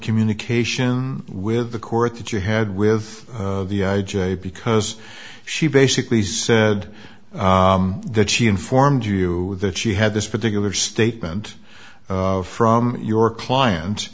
communication with the court that you had with the i j a because she basically said that she informed you that she had this particular statement from your client